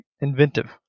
inventive